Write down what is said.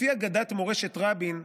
לפי אגדת מורשת רבין,